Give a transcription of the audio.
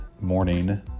morning